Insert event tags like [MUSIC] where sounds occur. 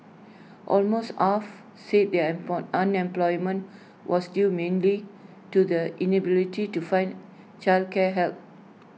almost half said their [UNINTELLIGIBLE] unemployment was due mainly to the inability to find childcare help